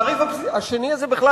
עכשיו מוצע לבטל כליל את התעריף השני.